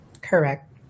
Correct